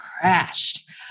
crashed